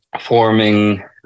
forming